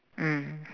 mm